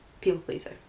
people-pleaser